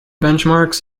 benchmarks